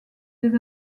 des